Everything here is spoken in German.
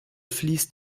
fließt